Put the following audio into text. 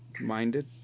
Minded